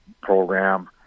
program